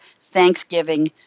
thanksgiving